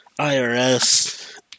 irs